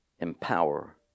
empower